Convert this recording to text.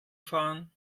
fahren